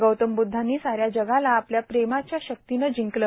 गौतम बुद्धांनी साऱ्या जगाला आपल्या प्रेमाच्या शक्तीनं जिंकलं